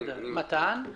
האוצר